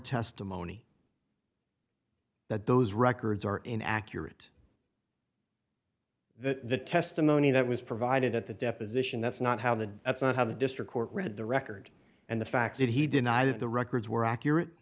testimony that those records are in accurate that the testimony that was provided at the deposition that's not how the that's not how the district court read the record and the fact that he denied it the records were accurate